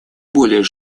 более